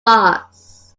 mars